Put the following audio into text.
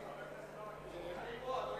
אנחנו עוברים